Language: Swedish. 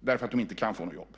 därför att de inte kan få något jobb.